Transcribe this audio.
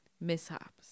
mishaps